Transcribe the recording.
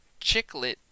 chiclet